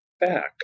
back